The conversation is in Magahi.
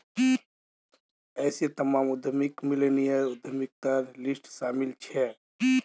ऐसे तमाम उद्यमी मिल्लेनियल उद्यमितार लिस्टत शामिल छे